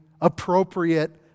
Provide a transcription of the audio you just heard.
appropriate